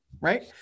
right